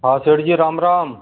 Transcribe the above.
हा सेठ जी राम राम